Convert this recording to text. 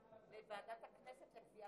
מיכל,